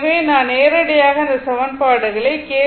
எனவே நான் நேரடியாக அந்த சமன்பாடுகளை கே